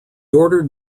ordered